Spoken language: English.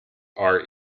are